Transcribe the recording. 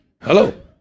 Hello